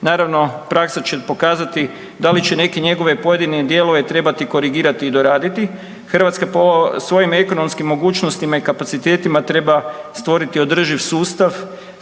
naravno praksa će pokazati da li će neke njegove pojedine dijelove trebati korigirati i doraditi. Hrvatska po svojim ekonomskim mogućnostima i kapacitetima treba stvoriti održiv sustav